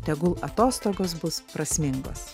tegul atostogos bus prasmingos